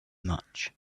much